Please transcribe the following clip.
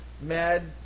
Mad